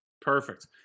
Perfect